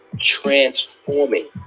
transforming